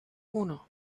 uno